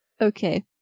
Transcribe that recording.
okay